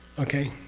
okay?